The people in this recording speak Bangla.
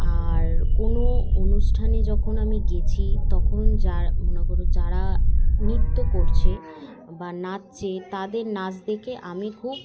আর কোনো অনুষ্ঠানে যখন আমি গেছি তখন যার মনে করো যারা নৃত্য করছে বা নাচছে তাদের নাচ দেখে আমি খুব